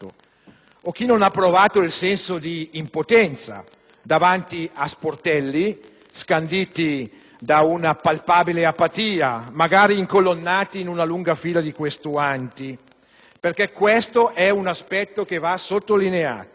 o chi non ha provato il senso di impotenza davanti a sportelli scanditi da un'impalpabile apatia, magari incolonnati in una lunga fila di questuanti! Va sottolineato che spesso,